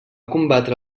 combatre